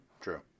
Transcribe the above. True